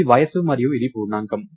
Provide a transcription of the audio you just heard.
ఇది వయస్సు మరియు ఇది పూర్ణాంకం